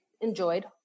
enjoyed